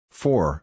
four